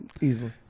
Easily